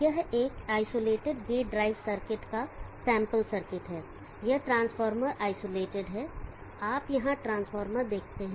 यह एक isolated gate drive circuit का एक सैंपल सर्किट है यह ट्रांसफार्मर आइसोलेटेड है आप यहां ट्रांसफार्मर देखते हैं